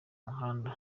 muhanda